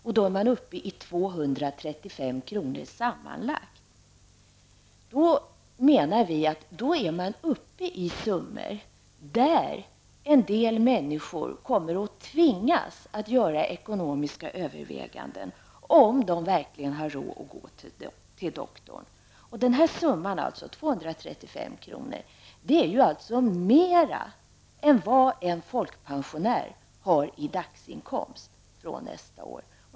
Då kostar läkarbesöket sammanlagt 235 kr. Vi menar att man då är uppe i sådana summor att en del människor kommer att tvingas att göra ekonomiska överväganden, om de verkligen har råd att gå till doktorn. Denna summa 235, kr., är ju mer än vad en folkpensionär har i dagsinkomst från nästa år.